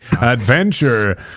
Adventure